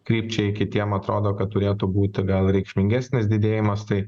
krypčiai kitiem atrodo kad turėtų būti gal reikšmingesnis didėjimas tai